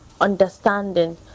understanding